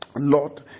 Lord